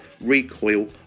Recoil